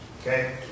Okay